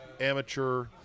amateur